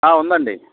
ఆ ఉండండి